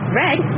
red